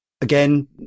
again